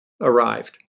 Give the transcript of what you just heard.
arrived